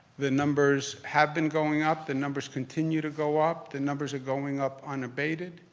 the numbers have been going up, the numbers continue to go up. the numbers are going up unabated